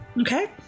Okay